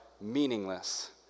meaningless